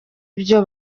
ibyo